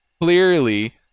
clearly